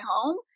home